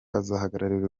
azahagararira